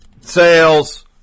sales